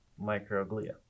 microglia